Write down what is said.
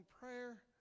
prayer